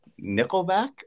Nickelback